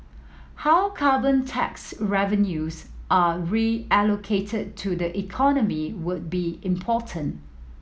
how carbon tax revenues are reallocated to the economy will be important